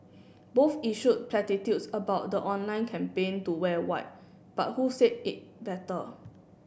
both issued platitudes about the online campaign to wear white but who said it better